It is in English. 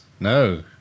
No